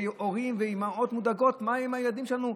והורים ואימהות מודאגות: מה עם הילדים שלנו?